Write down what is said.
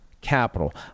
capital